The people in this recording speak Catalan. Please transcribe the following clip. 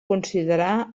considerar